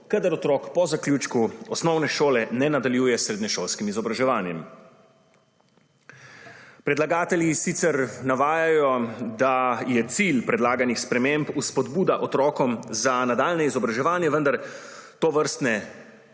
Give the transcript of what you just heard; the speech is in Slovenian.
kadar otrok po zaključku osnovne šole ne nadaljuje s srednješolskim izobraževanjem. Predlagatelji sicer navajajo, da je cilj predlaganih sprememb spodbuda otrokom za nadaljnje izobraževanje, vendar tovrstne